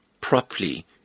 properly